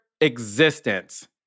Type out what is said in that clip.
existence